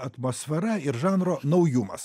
atmosfera ir žanro naujumas